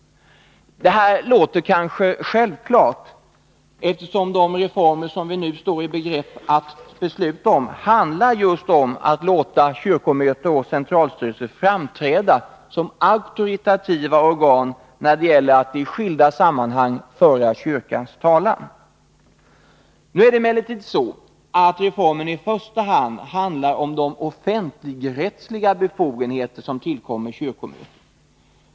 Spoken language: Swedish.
Detta låter kanske självklart, eftersom de reformer som vi nu står i begrepp att besluta om just handlar om att låta kyrkomöte och centralstyrelse framträda som auktoritativa organ när det gäller att i skilda sammanhang föra kyrkans talan. Nu är det emellertid så att reformen i första hand handlar om de offentligrättsliga befogenheter som tillkommer kyrkomötet.